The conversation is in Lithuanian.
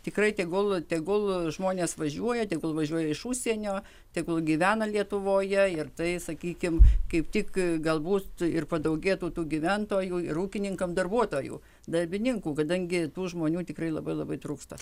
tikrai tegul tegul žmonės važiuoja tegul važiuoja iš užsienio tegul gyvena lietuvoje ir tai sakykim kaip tik galbūt ir padaugėtų tų gyventojų ir ūkininkam darbuotojų darbininkų kadangi tų žmonių tikrai labai labai trūksta